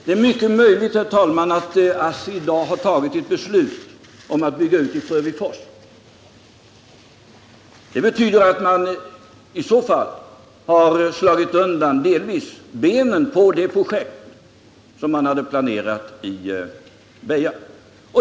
Det är, herr talman, mycket möjligt att ASSI i dag har fattat beslut om att bygga ut i Frövifors. Det betyder att man i så fall delvis har slagit undan benen för det projekt som man hade planerat i Väja.